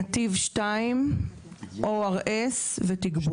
נתיב 2, ORS ותגבור.